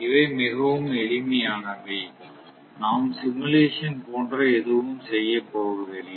இவை மிகவும் எளிமையானவை நாம் சிமுலேஷன் போன்ற எதுவும் செய்யப் போவதில்லை